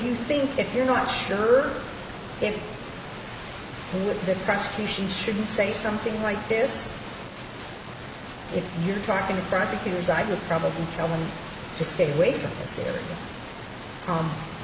you think if you're not sure if the prosecution should say something like this if you're talking to the prosecutors i could probably tell them to stay away from this